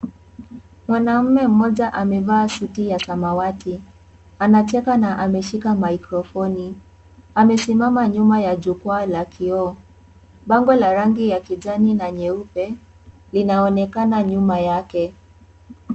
Mwanaume mmoja amevaa suti ya samawati. Anacheka na ameshika makrofoni. Amesimama nyuma ya jukwaa la kioo. Bango la rangi ya kijani na nyeupe linaonekana nyuma yake.